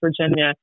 Virginia